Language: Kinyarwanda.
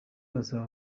basaba